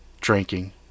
drinking